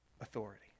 authority